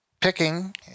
picking